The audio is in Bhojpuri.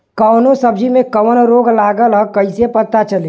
कौनो सब्ज़ी में कवन रोग लागल ह कईसे पता चली?